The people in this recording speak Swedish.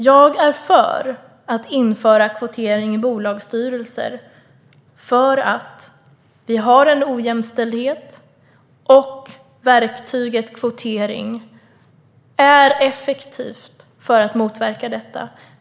Jag är för att införa kvotering i bolagsstyrelser, eftersom vi har en ojämställdhet och verktyget kvotering är effektivt för att motverka detta.